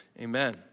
amen